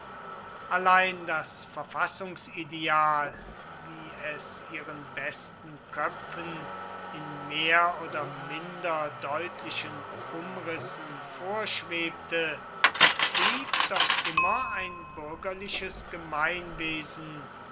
allein das verfassungsideal wie es ihren besten köpfen in mehr oder minder deutlichen umrissen vorschwebte blieb doch immer ein bürgerliches gemeinwesen